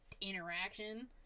interaction